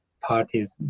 parties